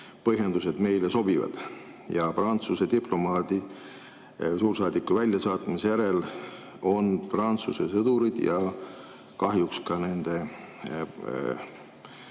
põhjendused meile sobivad. Prantsuse diplomaadi, suursaadiku väljasaatmise järel on Prantsuse sõdurid ja kahjuks ka nende